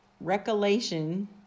recollection